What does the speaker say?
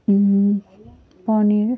paneer